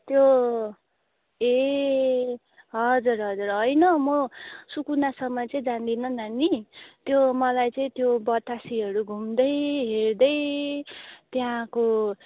त्यो ए हजुर हजुर होइन म सुकुनासम्म चाहिँ जादिनँ नानी त्यो मलाई चाहिँ त्यो बतासेहरू घुम्दै हेर्दै त्यहाँको